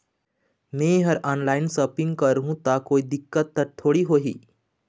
मैं हर online shopping करू ता कोई दिक्कत त थोड़ी होही?